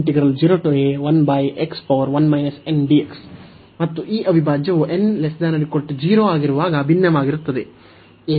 ಮತ್ತು ಈ ಅವಿಭಾಜ್ಯವು n≤0 ಆಗಿರುವಾಗ ಭಿನ್ನವಾಗಿರುತ್ತದೆ